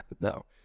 no